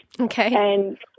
okay